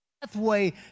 pathway